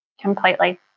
completely